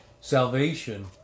salvation